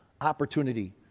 opportunity